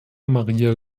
maria